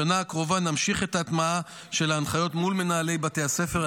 בשנה הקרובה נמשיך את ההטמעה של ההנחיות מול מנהלי בתי הספר,